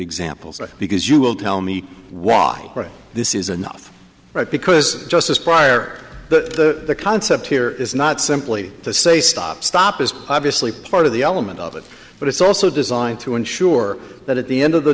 examples because you will tell me why this is enough right because just aspire to the concept here is not simply to say stop stop is obviously part of the element of it but it's also designed to ensure that at the end of the